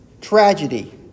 tragedy